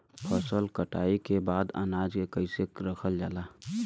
फसल कटाई के बाद अनाज के कईसे रखल जाला?